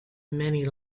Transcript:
many